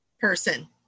person